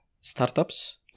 startups